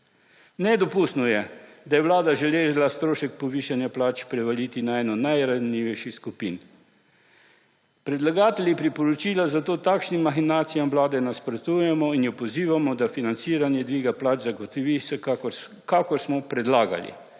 Nedopustno je, da je vlada želela strošek povišanja plač prevaliti na eno najranljivejših skupin. Predlagatelji priporočila zato takšnim mahinacijam vlade nasprotujemo in jo pozivamo, da financiranje dviga plač zagotovi kakor smo predlagali,